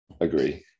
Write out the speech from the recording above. Agree